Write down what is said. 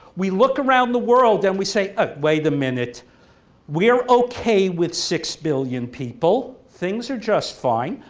we look around the world and we say ah wait a minute we're okay with six billion people. things are just fine.